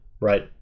Right